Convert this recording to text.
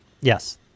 Yes